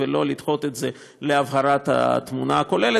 ולא לדחות את זה להבהרת התמונה הכוללת.